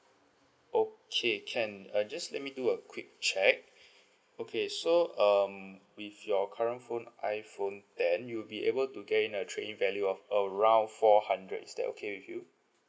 okay can uh just let me do a quick check okay so um with your current phone iphone ten you will be able to get in a trade in value of around four hundred is that okay with you